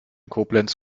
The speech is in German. koblenz